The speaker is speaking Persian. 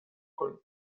کنین